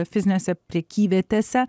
fizinėse prekyvietėse